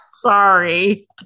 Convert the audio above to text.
Sorry